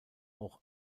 auch